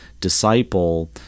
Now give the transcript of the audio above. disciple